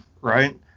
Right